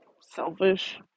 selfish